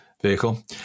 vehicle